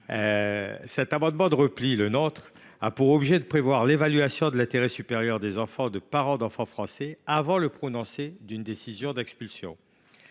Cet amendement de repli a pour objet de prévoir l’évaluation de l’intérêt supérieur de l’enfant de parents d’enfants français avant le prononcé d’une décision d’expulsion.